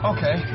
Okay